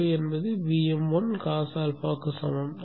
Vm2 என்பது Vm1 cosαக்கு சமம்